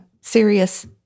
serious